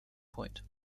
point